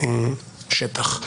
שעולה מהשטח.